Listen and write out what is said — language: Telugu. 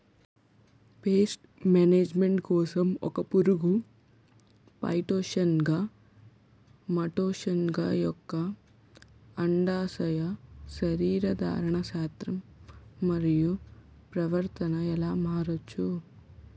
పేస్ట్ మేనేజ్మెంట్ కోసం ఒక పురుగు ఫైటోఫాగస్హె మటోఫాగస్ యెక్క అండాశయ శరీరధర్మ శాస్త్రం మరియు ప్రవర్తనను ఎలా మార్చచ్చు?